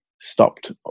stopped